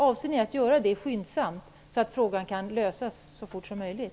Avser ni att göra det skyndsamt, så att frågan kan lösas så fort som möjligt?